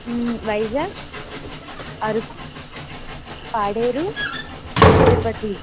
Vizag Araku Paderu Tirupati